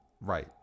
Right